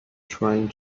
trying